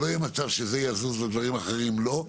כדי שלא יהיה מצב שזה 'יזוז' ודברים אחרים לא.